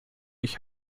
ich